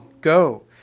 Go